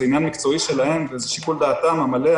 זה עניין מקצועי שלהם וזה שיקול דעתם המלא,